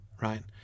right